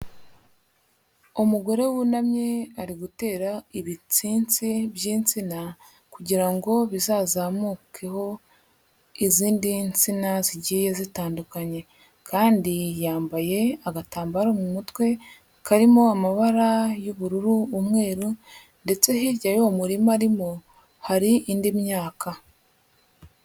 Umugore wunamye ari gutera ibitsinsi by'insina kugira ngo bizazamukeho izindi nsina zigiye zitandukanye kandi yambaye agatambaro mu mutwe karimo amabara y'ubururu, umweru ndetse hirya y'uwo murima arimo hari indi myaka.